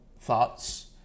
thoughts